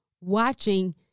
watching